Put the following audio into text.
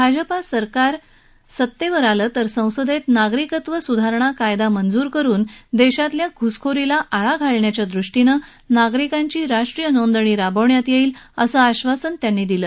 भाजपा सरकार सत्तेवर आलं तर संसदेत नागरीकत्व सुधारणा कायदा मंजूर करुन देशभरातल्या घुसखोरील आळा घालून नागरिकांची राष्ट्रीय नोंदणी राबवण्यात येईल असं आश्वासन शहा यांनी यावेळी दिलं